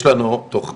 יש לנו בתכנית,